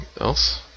else